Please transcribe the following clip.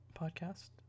podcast